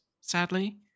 Sadly